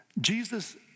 Jesus